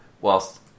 Whilst